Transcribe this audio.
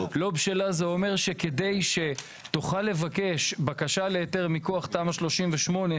לא בשלה זה אומר שכדי שתוכל לבקש בקשה להיתר מכוח תמ"א 38,